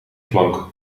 plank